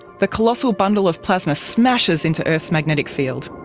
the colossal bundle of plasma smashes into earth's magnetic field.